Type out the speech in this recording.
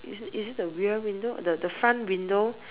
is it is it the rear window the the front window